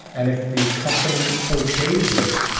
and if the company okays it,